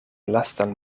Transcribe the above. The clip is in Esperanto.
lastan